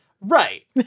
right